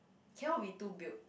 cannot be too built